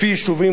לפי יישובים,